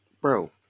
bro